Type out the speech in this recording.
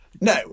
No